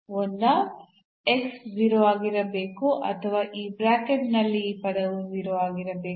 ಒಂದಾ 0 ಆಗಿರಬೇಕು ಅಥವಾ ಈ ಬ್ರಾಕೆಟ್ನಲ್ಲಿ ಈ ಪದವು 0 ಆಗಿರಬೇಕು